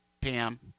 Pam